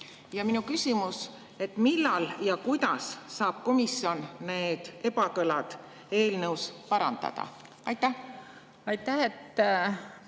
Minu küsimus on: millal ja kuidas saab komisjon need ebakõlad eelnõus parandada? Aitäh,